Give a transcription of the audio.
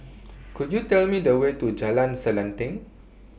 Could YOU Tell Me The Way to Jalan Selanting